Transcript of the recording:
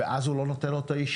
ואז הוא לא נותן לו את האישור.